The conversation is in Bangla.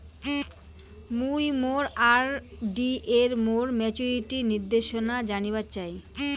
মুই মোর আর.ডি এর মোর মেচুরিটির নির্দেশনা জানিবার চাই